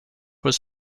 was